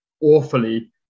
awfully